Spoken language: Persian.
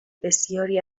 بسیاری